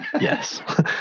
Yes